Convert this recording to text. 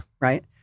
Right